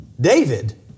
David